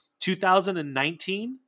2019